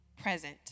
present